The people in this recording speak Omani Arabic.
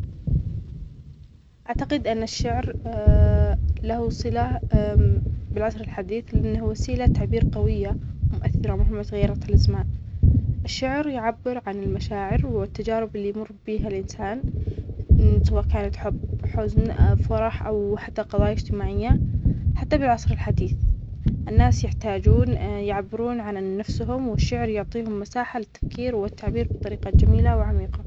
أعتقد أن الشعر له صله بالعصر الحديث لأنه وسيلة تعبير قوية ومؤثرة مهما غيرتها الأزمان، الشعر يعبر عن المشاعر والتجارب اللى بيمر بيها الإنسان م-سواء كانت حب حزن فرح أو حتى قضايا إجتماعية، حتى بالعصر الحديث الناس يحتاجون يعبرون عن نفسهم والشعر يعطيهم مساحة للتفكير والتعبير بطريقة جميلة وعميقة.